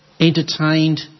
entertained